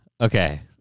okay